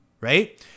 right